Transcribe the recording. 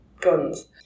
guns